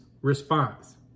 response